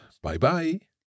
Bye-bye